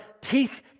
teeth